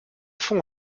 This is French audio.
fond